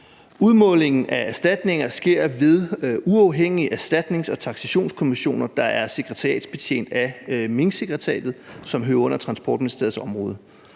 Udmålingen af erstatninger sker ved uafhængige erstatnings- og taksationskommissioner, der er sekretariatsbetjent af Minksekretariatet, som hører under Transportministeriets område.